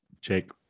jake